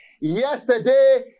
Yesterday